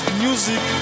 music